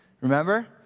remember